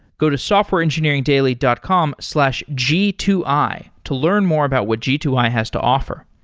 go to softwareengineeringdaily dot com slash g two i to learn more about what g two i has to offer.